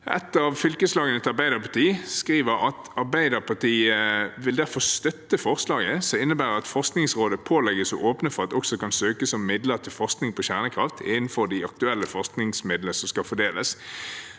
Et av fylkeslagene til Arbeiderpartiet skriver at Arbeiderpartiet vil støtte forslaget som innebærer at Forskningsrådet pålegges å åpne for at det også kan søkes om midler til forskning på kjernekraft innenfor de aktuelle forskningsmidlene som skal fordeles.